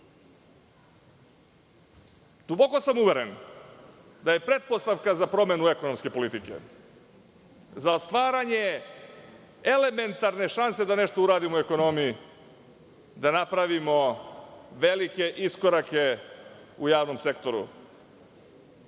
nas. Duboko sam uveren da je pretpostavka za promenu ekonomske politike, za stvaranje elementarne šanse da nešto uradimo u ekonomiji da napravimo velike iskorake u javnom sektoru,